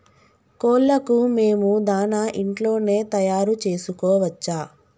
కోళ్లకు మేము దాణా ఇంట్లోనే తయారు చేసుకోవచ్చా?